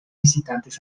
visitantes